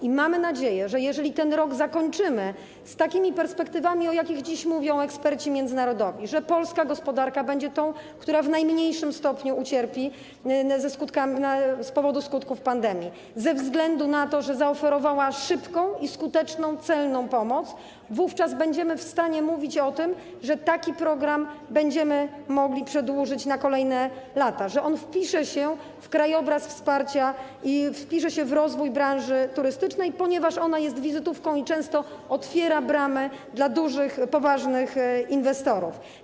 I mamy nadzieję, że jeżeli ten rok zakończymy z takimi perspektywami, o jakich dziś mówią eksperci międzynarodowi, że polska gospodarka będzie tą, która w najmniejszym stopniu ucierpi z powodu skutków pandemii ze względu na to, że zaoferowała szybką, skuteczną i celną pomoc, wówczas będziemy w stanie mówić o tym, że taki program będziemy mogli przedłużyć na kolejne lata, że on wpisze się w krajobraz wsparcia i wpisze się w rozwój branży turystycznej, ponieważ ona jest wizytówką i często otwiera bramy dla dużych, poważnych inwestorów.